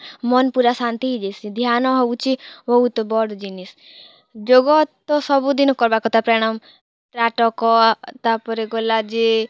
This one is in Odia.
ମନ୍ ପୁରା ଶାନ୍ତି ହେଇ ଯାଏସି ଧ୍ୟାନ ହଉଛେ ବହୁତ୍ ବଡ଼୍ ଜିନିଷ୍ ଯୋଗ ତ ସବୁଦିନ୍ କର୍ବା କଥା ପ୍ରାଣାୟମ୍ ତାପରେ ଗଲା ଯେ